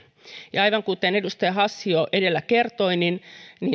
ja aivan kuten edustaja hassi jo edellä kertoi niin